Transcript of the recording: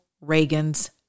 Reagan's